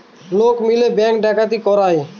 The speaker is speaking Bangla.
লোক মিলে ব্যাঙ্ক ডাকাতি করায়